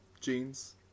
jeans